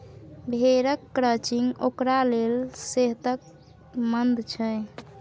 भेड़क क्रचिंग ओकरा लेल सेहतमंद छै